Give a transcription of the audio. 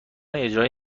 اجرایی